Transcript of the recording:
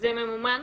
זה ממומן?